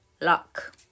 luck